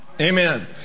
Amen